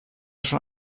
schon